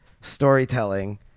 storytelling